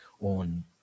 on